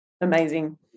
amazing